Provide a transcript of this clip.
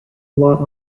lot